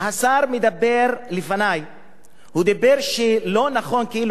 השר שדיבר לפני אמר שלא נכון כאילו